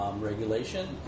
regulation